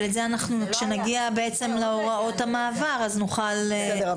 כשנגיע להוראות המעבר, נוכל להיכנס לזה.